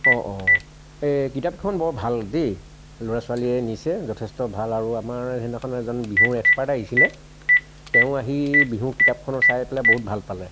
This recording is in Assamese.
অ' অ' এই কিতাপখন বৰ ভাল দেই ল'ৰা ছোৱালীয়ে নিচে যথেষ্ট ভাল আৰু আমাৰ সেইদিনাখন এজন বিহুৰ এক্সপাৰ্ট আহিছিলে তেওঁ আহি বিহু কিতাপখন চাই পেলাই বহুত ভাল পালে